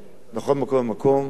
בכל מקום ומקום להיות זהירים,